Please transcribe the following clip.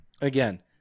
Again